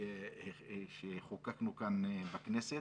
ולכן